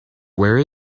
where